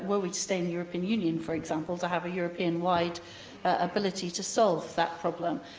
we to stay in the european union, for example, to have a european-wide ability to solve that problem,